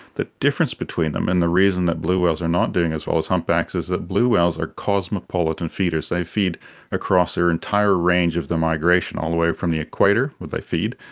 the difference between them and the reason that blue whales are not doing as well as humpbacks is that blue whales are cosmopolitan feeders, they feed across their entire range of the migration, all the way from the equator when they feed,